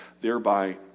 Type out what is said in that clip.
thereby